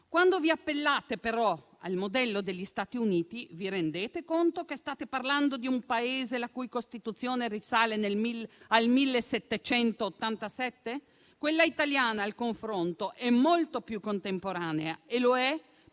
Quando vi appellate, però, al modello degli Stati Uniti, vi rendete conto che state parlando di un Paese la cui Costituzione risale al 1787? Quella italiana, al confronto, è molto più contemporanea e lo è